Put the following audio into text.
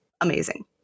amazing